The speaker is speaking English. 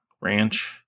ranch